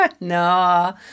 no